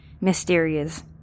mysterious